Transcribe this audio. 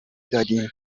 دادیم